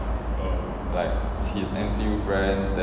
like his N_T_U friends then